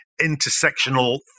intersectional